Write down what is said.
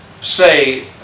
say